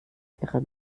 ihre